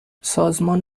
سازمان